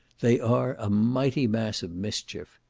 they are a mighty mass of mischief.